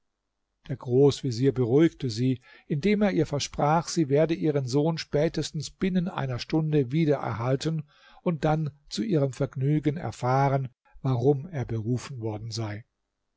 der großvezier beruhigte sie indem er ihr versprach sie werde ihren sohn spätestens binnen einer stunde wieder erhalten und dann zu ihrem vergnügen erfahren warum er berufen worden sei